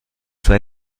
sua